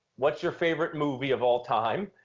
what's your favorite movie of all time,